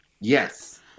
Yes